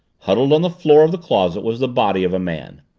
huddled on the floor of the closet was the body of a man.